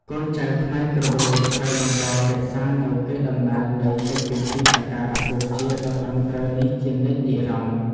កូនចៅខ្មែរគ្រប់រូបត្រូវបន្តរក្សានូវកេរដំណែលនៃកិច្ចពិធីសក្ការបូជាដ៏ត្រឹមត្រូវនេះជានិច្ចនិរន្តរ៍។